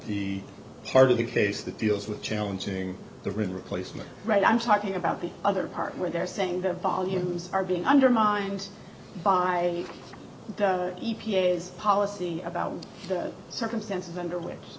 the part of the case that deals with challenging the replacement right i'm talking about the other part where they're saying the volumes are being undermined by the e p a is policy about the circumstances under which